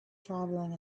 traveling